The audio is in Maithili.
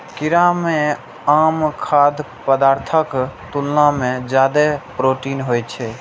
कीड़ा मे आम खाद्य पदार्थक तुलना मे जादे प्रोटीन होइ छै